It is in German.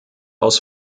aus